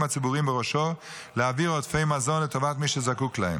הציבוריים בראשו להעביר עודפי מזון לטובת מי שזקוק להם.